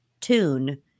tune